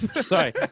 Sorry